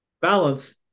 Balance